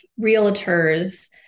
realtors